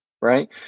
right